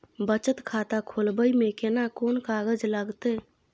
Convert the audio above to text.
बचत खाता खोलबै में केना कोन कागज लागतै?